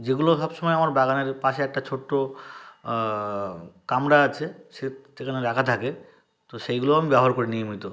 যেগুলো সব সময় আমার বাগানের পাশে একটা ছোট্ট কামরা আছে সে সেখানে রাখা থাকে তো সেইগুলো আমি ব্যবহার করি নিয়মিত